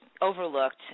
overlooked